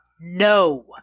no